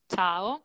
Ciao